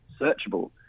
searchable